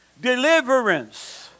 Deliverance